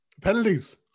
Penalties